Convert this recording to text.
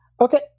okay